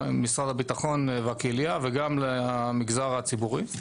משרד הביטחון והקהיליה, וגם למגזר הציבורי,